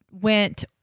went